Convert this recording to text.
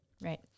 Right